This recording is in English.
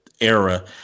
era